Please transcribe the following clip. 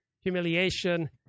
humiliation